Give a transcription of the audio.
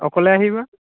অকলে আহিবা